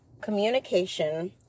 communication